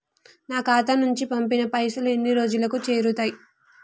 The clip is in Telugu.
నా ఖాతా నుంచి పంపిన పైసలు ఎన్ని రోజులకు చేరుతయ్?